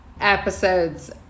episodes